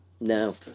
No